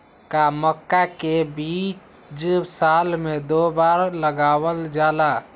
का मक्का के बीज साल में दो बार लगावल जला?